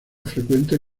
frecuente